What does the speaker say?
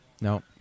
No